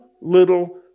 little